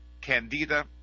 candida